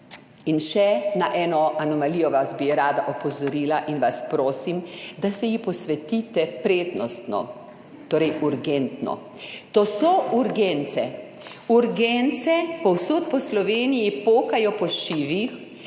In še na eno anomalijo vas bi rada opozorila in vas prosim, da se ji posvetite prednostno, torej urgentno. To so urgence. Urgence povsod po Sloveniji pokajo po šivih